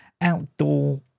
outdoor